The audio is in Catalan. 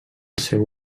seu